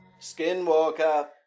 Skinwalker